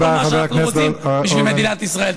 כי זה כל מה שאנחנו רוצים בשביל מדינת ישראל.